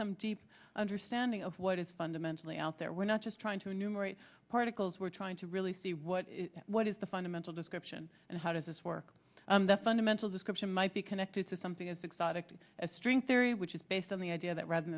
some deep understanding of what is fundamentally out there we're not just trying to enumerate particles we're trying to really see what is what is the fundamental description and how does this work that fundamental description might be connected to something as exotic as string theory which is based on the idea that rather